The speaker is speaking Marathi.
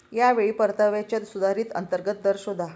या वेळी परताव्याचा सुधारित अंतर्गत दर शोधा